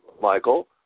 Michael